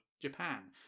Japan